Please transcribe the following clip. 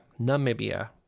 Namibia